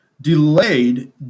delayed